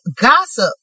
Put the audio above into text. gossip